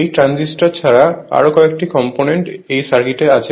এই ট্রানজিস্টর ছাড়া আরো কয়েকটি কম্পোনেন্ট এই সার্কিটটিতে আছে